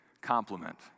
complement